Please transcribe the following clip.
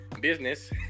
business